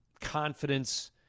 confidence